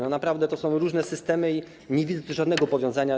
Naprawdę to są różne systemy i nie widzę tu żadnego powiązania.